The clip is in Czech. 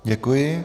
Děkuji.